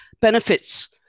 benefits